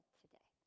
today